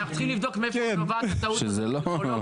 אנחנו צריכים לבדוק מאיפה נובעת הטעות זו בעיה.